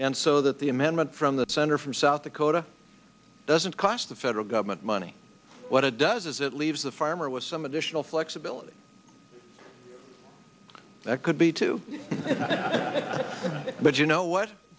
and so that the amendment from the senator from south dakota doesn't cost the federal government money what it does is it leaves the farmer with some additional flexibility that could be too but you know what